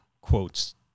quotes